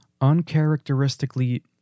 uncharacteristically